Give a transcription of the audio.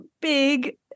big